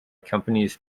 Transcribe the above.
companies